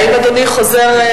האם אדוני חוזר?